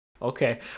Okay